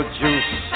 juice